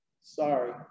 Sorry